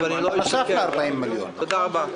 תודה רבה.